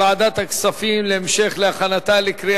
לוועדת הכספים נתקבלה.